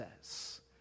says